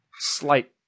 slight